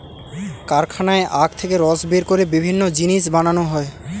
কারখানায় আখ থেকে রস বের করে বিভিন্ন জিনিস বানানো হয়